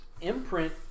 imprint